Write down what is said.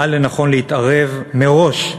ראה לנכון להתערב מראש,